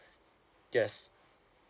yes